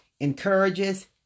encourages